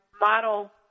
model